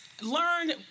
learn